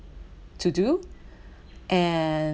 to do and